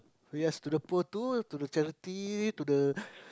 oh yes to the poor too to the charity to the